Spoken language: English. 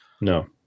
No